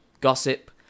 Gossip